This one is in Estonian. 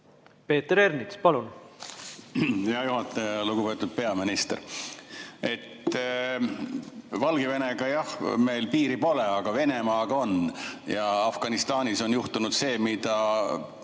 Peeter Ernits, palun! Hea juhataja! Lugupeetud peaminister! Valgevenega, jah, meil piiri pole, aga Venemaaga on. Ja Afganistanis on juhtunud see, mida